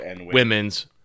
women's